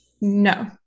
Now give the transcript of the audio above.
No